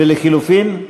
ולחלופין?